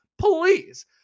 Please